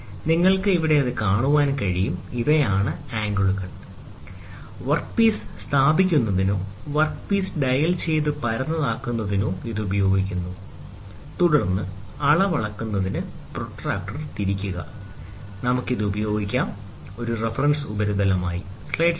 നിങ്ങൾക്ക് ഇവിടെ കാണാൻ കഴിയും ഇവയാണ് ആംഗിളുകൾ വർക്ക് പീസ് സ്ഥാപിക്കുന്നതിനോ വർക്ക് പീസ് ഡയൽ ചെയ്ത് പരന്നതാക്കുന്നതിനോ ഉപയോഗിക്കുന്നു എന്നിട്ട് സ്ഥാപിക്കുക തുടർന്ന് അളവ് അളക്കുന്നതിന് പ്രൊട്ടക്റ്റർ തിരിക്കുക നമുക്ക് ഇത് ഉപയോഗിക്കാം ഒരു റഫറൻസ് ഉപരിതലം